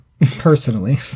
personally